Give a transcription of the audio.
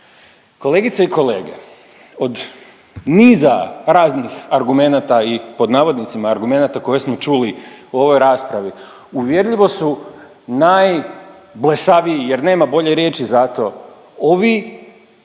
Kolegice i kolege, od niza raznih argumenata i pod navodnicima argumenata koje smo čuli u ovoj raspravi, uvjerljivo su najblesaviji, jer nema bolje riječi za to, ovi